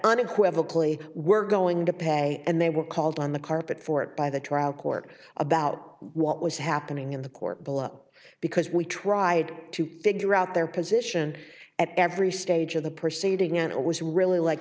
unequivocally we're going to pay and they were called on the carpet for it by the trial court about what was happening in the court below because we tried to figure out their position at every stage of the proceeding and it was really like